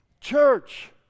Church